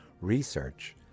research